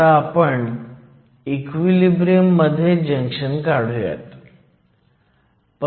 आता आपण इक्विलिब्रियम मध्ये जंक्शन काढुयात